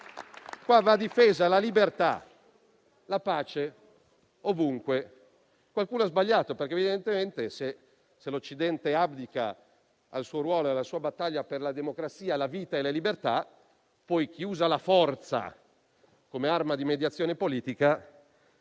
qui vanno difese la libertà e la pace ovunque. Qualcuno ha sbagliato, perché evidentemente, se l'Occidente abdica al suo ruolo e alla sua battaglia per la democrazia, la vita e le libertà, poi ne approfitta chi usa la forza come arma di mediazione politica.